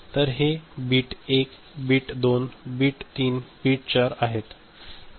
तर हे bit 1 bit 2 bit 3 bit 4 आहे